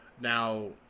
now